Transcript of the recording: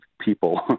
people